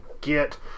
get